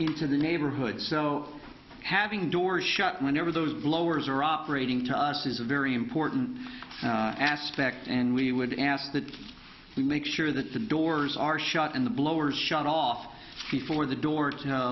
the into the neighborhood so having door shut whenever those blowers are operating to us is a very important aspect and we would ask that we make sure that the doors are shut and the blowers shut off before the door